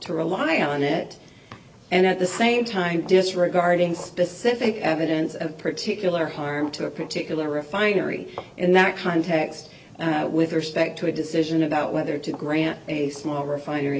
to rely on it and at the same time disregarding specific evidence of particular harm to a particular refinery in that context with respect to a decision about whether to grant a small refinery